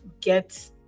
get